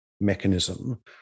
mechanism